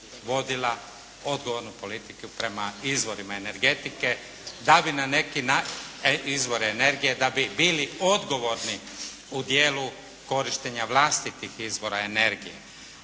vodila odgovornu politiku prema izvorima energetike, izvore energije da bi bili odgovorni u dijelu korištenja vlastitih izvora energije.